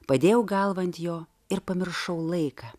padėjau galvą ant jo ir pamiršau laiką